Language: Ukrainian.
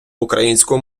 українську